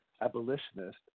abolitionist